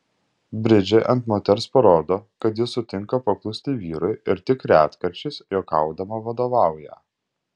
bridžai ant moters parodo kad ji sutinka paklusti vyrui ir tik retkarčiais juokaudama vadovauja